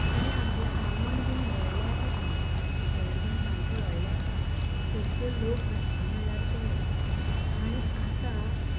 आनी आमगें आंगण बीन व्हडलें आसात हांगा घर बीन सामकें व्हडलें आसा सगळें लोक धरतात म्हणल्यार पळय आनी आतां